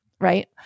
Right